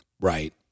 Right